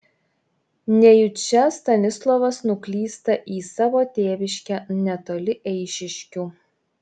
nejučia stanislovas nuklysta į savo tėviškę netoli eišiškių